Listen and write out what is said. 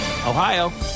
Ohio